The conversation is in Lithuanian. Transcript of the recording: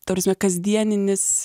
ta prasme kasdieninis